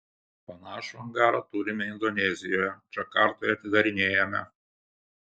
panašų angarą turime indonezijoje džakartoje atidarinėjame